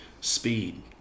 speed